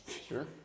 Sure